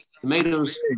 tomatoes